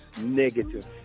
negative